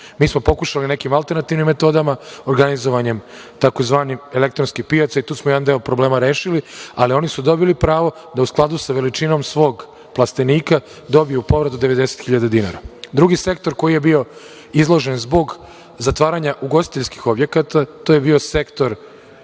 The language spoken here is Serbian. Mi smo pokušali nekim alternativnim metodama, organizovanjem tzv. elektronskih pijaca i tu smo jedan deo problema rešili, ali oni su dobili pravo da u skladu sa veličinom svog plastenika dobiju povrat od 90 hiljada dinara. Drugi sektor koji je bio izložen zbog zatvaranja ugostiteljskih objekata je bio sektor